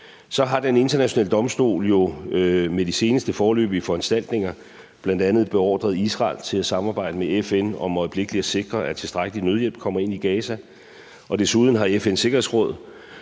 Så har den internationale domstol jo med de seneste foreløbige foranstaltninger bl.a. beordret Israel til at samarbejde med FN om øjeblikkelig at sikre, at tilstrækkelig nødhjælp kommer ind i Gaza. Desuden har FN's Sikkerhedsråd